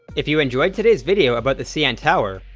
if you enjoyed today's video about the cn tower,